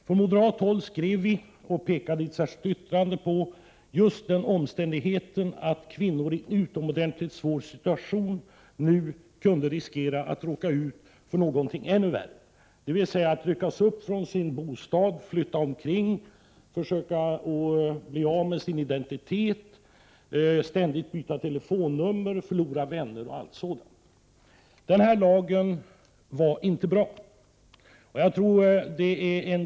Från moderat håll visade vi i ett särskilt yttrande på just den omständigheten att kvinnor i en utomordentligt svår situation kunde riskera att råka ut för någonting ännu värre, nämligen att ryckas upp från sin bostad, flytta omkring, tvingas göra sig av med sin identitet, ständigt byta telefonnummer, förlora vänner och allt sådant. Den här lagen var inte bra — jag tror att utskottets ledamöter är ganska Prot.